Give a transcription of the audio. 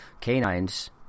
canines